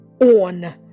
on